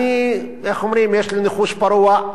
אני, איך אומרים, יש לי ניחוש פרוע,